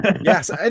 Yes